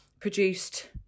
produced